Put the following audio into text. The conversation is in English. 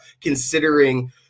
considering